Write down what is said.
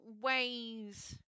ways